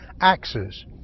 axes